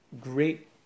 great